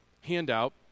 handout